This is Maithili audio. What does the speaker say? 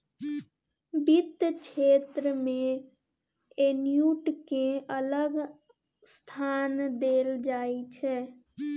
बित्त क्षेत्र मे एन्युटि केँ अलग स्थान देल जाइ छै